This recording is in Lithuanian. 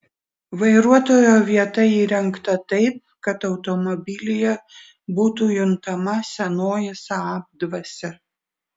vairuotojo vieta įrengta taip kad automobilyje būtų juntama senoji saab dvasia